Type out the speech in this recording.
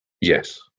yes